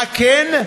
מה כן?